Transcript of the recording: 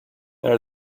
there